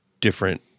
different